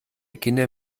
kinder